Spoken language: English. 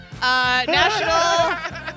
national